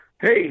Hey